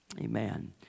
Amen